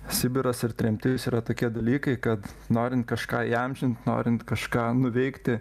sibiras ir tremtis yra tokie dalykai kad norint kažką įamžint norint kažką nuveikti